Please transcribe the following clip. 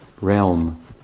realm